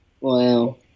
Wow